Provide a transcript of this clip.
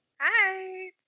Hi